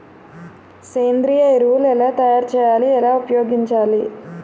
సేంద్రీయ ఎరువులు ఎలా తయారు చేయాలి? ఎలా ఉపయోగించాలీ?